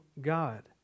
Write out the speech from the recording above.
God